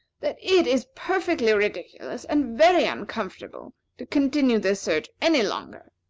that it is perfectly ridiculous, and very uncomfortable, to continue this search any longer.